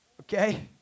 Okay